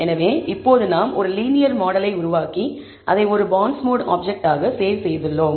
எனவே இப்போது நாம் ஒரு லீனியர் மாடலை உருவாக்கி அதை ஒரு பாண்ட்ஸ்மோட் ஆப்ஜெக்ட் ஆக சேவ் செய்துள்ளோம்